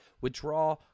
withdraw